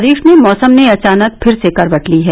प्रदेश में मौसम ने अचानक फिर से करवट ली है